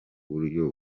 buryo